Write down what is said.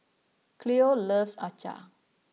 Khloe loves Acar